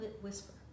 whisper